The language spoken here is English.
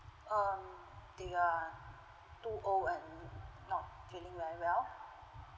um they are too old and not feeling very well